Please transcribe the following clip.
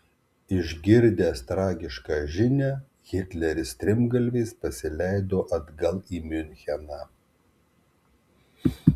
išgirdęs tragišką žinią hitleris strimgalviais pasileido atgal į miuncheną